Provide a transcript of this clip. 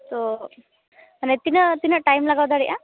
ᱛᱚ ᱢᱟᱱᱮ ᱛᱤᱱᱟᱹᱜ ᱛᱤᱱᱟᱹᱜ ᱴᱟᱭᱤᱢ ᱞᱟᱜᱟᱣ ᱫᱟᱲᱮᱭᱟᱜᱼᱟ